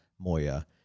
Moya